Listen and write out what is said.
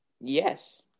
Yes